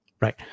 Right